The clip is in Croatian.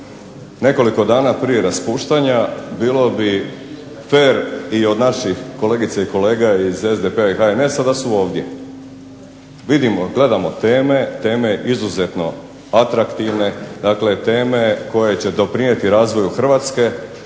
nekoliko dana prije raspuštanja bilo bi fer i od naših kolegica i kolega iz SDP-a i HNS-a da su ovdje. Vidimo, gledamo teme, teme izuzetno atraktivne, dakle teme koje će doprinijeti razvoju Hrvatske,